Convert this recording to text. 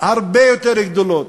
הרבה יותר גדולות,